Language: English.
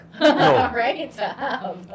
right